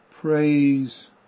praise